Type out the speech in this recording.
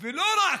ולא רק,